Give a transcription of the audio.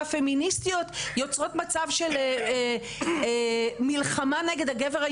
פמיניסטיות יוצרות מצב של מלחמה נגד הגבר הישראלי.